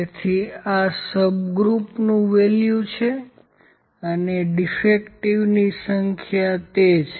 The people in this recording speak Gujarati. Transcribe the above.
તેથી આ સબગ્રુપનુ મૂલ્ય છે અને ડીફેક્ટિવની સંખ્યા તે છે